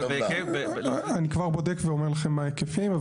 אני כבר בודק ואומר לכם מה ההיקפים.